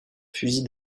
fusil